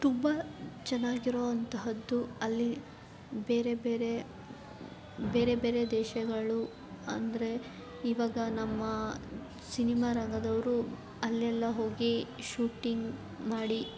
ತುಂಬ ಚೆನ್ನಾಗಿರೋ ಅಂತಹದ್ದು ಅಲ್ಲಿ ಬೇರೆ ಬೇರೆ ಬೇರೆ ಬೇರೆ ದೇಶಗಳು ಅಂದರೆ ಇವಾಗ ನಮ್ಮ ಸಿನಿಮಾ ರಂಗದವರು ಅಲ್ಲೆಲ್ಲ ಹೋಗಿ ಶೂಟಿಂಗ್ ಮಾಡಿ